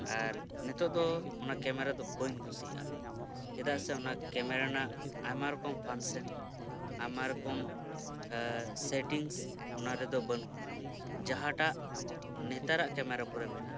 ᱟᱨ ᱱᱤᱛᱳᱜ ᱫᱚ ᱚᱱᱟ ᱠᱮᱢᱮᱨᱟ ᱫᱚ ᱵᱟᱹᱧ ᱠᱩᱥᱤᱭᱟᱜᱼᱟ ᱪᱮᱫᱟᱜ ᱥᱮ ᱚᱱᱟ ᱠᱮᱢᱮᱨᱟ ᱨᱮᱱᱟᱜ ᱟᱭᱢᱟ ᱨᱚᱠᱚᱢ ᱯᱷᱟᱱᱥᱮᱱ ᱟᱭᱢᱟ ᱨᱚᱠᱚᱢ ᱥᱮᱴᱤᱝᱥ ᱚᱱᱟ ᱨᱮᱫᱚ ᱵᱟᱹᱱᱩᱜᱼᱟ ᱡᱟᱦᱟᱸᱴᱟᱜ ᱱᱮᱛᱟᱨᱟᱜ ᱠᱮᱢᱮᱨᱟ ᱠᱚᱨᱮ ᱢᱮᱱᱟᱜᱼᱟ